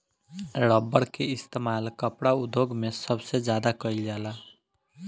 rubber के इस्तेमाल कपड़ा उद्योग मे सबसे ज्यादा कइल जाला